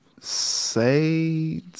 say